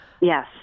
Yes